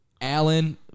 Allen